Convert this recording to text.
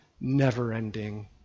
never-ending